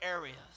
areas